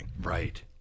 right